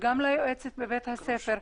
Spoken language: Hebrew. וגם ליועצת בבית-הספר.